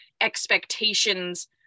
expectations